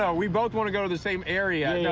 ah we both want to go to the same area. yeah